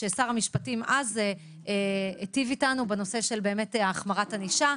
ששר המשפטים היטיב איתנו בנושא של החמרת ענישה,